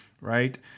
right